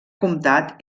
comtat